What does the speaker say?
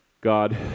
God